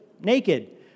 naked